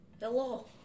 Hello